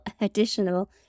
additional